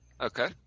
Okay